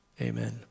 Amen